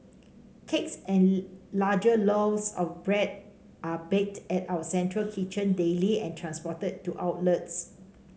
cakes and larger loaves of bread are baked at our central kitchen daily and transported to outlets